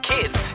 Kids